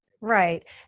Right